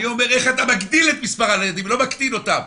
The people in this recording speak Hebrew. אני אומר: איך אתה מגדיל את מספר הילדים לא מקטין אותם.